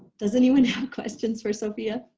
does anyone have questions for sofia?